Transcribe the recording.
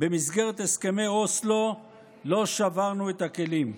במסגרת הסכמי אוסלו, לא שברנו את הכלים,